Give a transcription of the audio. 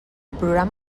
programa